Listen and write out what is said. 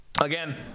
Again